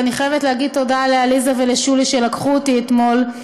ואני חייבת להגיד תודה לעליזה ולשולי שלקחו אותי אתמול,